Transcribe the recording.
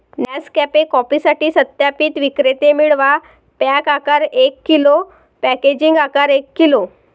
Nescafe कॉफीसाठी सत्यापित विक्रेते मिळवा, पॅक आकार एक किलो, पॅकेजिंग आकार एक किलो